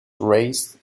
raised